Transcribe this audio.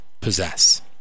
possess